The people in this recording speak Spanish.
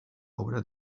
obra